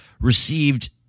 received